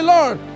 Lord